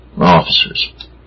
officers